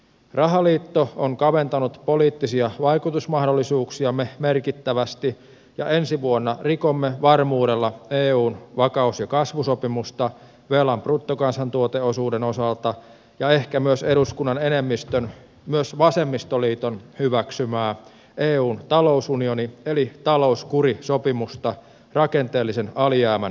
rahaliitto on kaventanut poliittisia vaiku tusmahdollisuuksiamme merkittävästi ja ensi vuonna rikomme varmuudella eun vakaus ja kasvusopimusta velan bruttokansantuoteosuuden osalta ja ehkä myös eduskunnan enemmistön myös vasemmistoliiton hyväksymää eun talousunioni eli talouskurisopimusta rakenteellisen alijäämän osalta